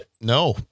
no